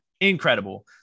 Incredible